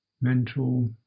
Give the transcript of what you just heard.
mental